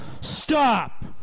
stop